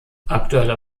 aktueller